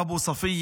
אבו ספיה